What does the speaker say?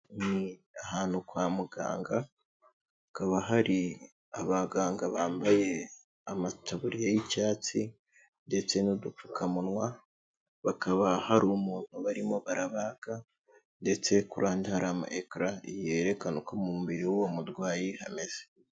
Ni ahantu kwa muganga hakaba hari abaganga bambaye amataburiya y'icyatsi ndetse n'udupfukamunwa, bakaba hari umuntu barimo barabaga ndetse ku ruhande hari amayekara yerekana uko mu mubiri w'uwo murwayi hameze.